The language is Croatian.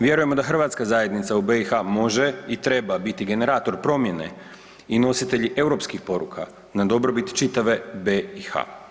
Vjerujemo da hrvatska zajednica u BiH može i treba biti generator promjene i nositelji europskih poruka na dobrobit čitave BiH.